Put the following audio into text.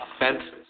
offenses